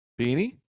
Beanie